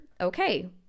okay